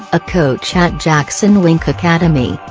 a coach ah at jackson-wink academy,